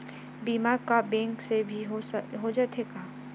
बीमा का बैंक से भी हो जाथे का?